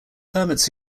permits